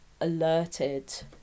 alerted